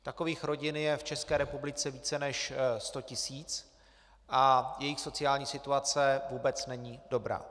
Takových rodin je v České republice více než sto tisíc a jejich sociální situace vůbec není dobrá.